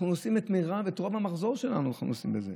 אנחנו עושים את רוב המחזור שלנו בזה.